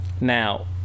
Now